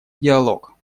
диалог